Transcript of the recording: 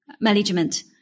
management